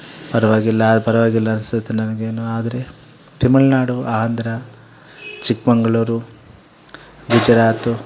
ಪರವಾಗಿಲ್ಲ ಪರವಾಗಿಲ್ಲ ಅನಿಸುತ್ತೆ ನನಗೇನು ಆದರೆ ತಮಿಳ್ನಾಡು ಆಂಧ್ರ ಚಿಕ್ಕಮಗಳೂರು ಗುಜರಾತು